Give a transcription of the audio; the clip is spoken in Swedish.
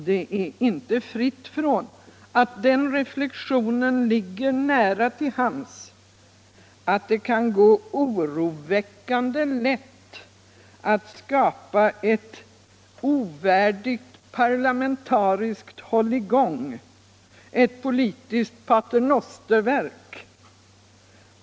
Det är inte fritt från att den reflexionen ligger nära till hands att det kan gå oroväckande lätt att skapa ett ovärdigt parlamentariskt håll-i-gång, ett politiskt paternosterverk.